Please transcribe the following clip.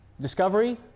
Discovery